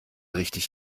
richtig